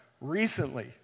recently